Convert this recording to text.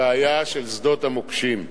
הבעיה של שדות המוקשים.